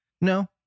No